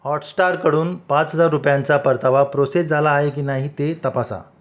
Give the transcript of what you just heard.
हॉटस्टारकडून पाच हजार रुपयांचा परतावा प्रोसेस झाला आहे की नाही ते तपासा